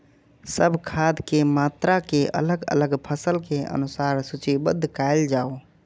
सब खाद के मात्रा के अलग अलग फसल के अनुसार सूचीबद्ध कायल जाओ?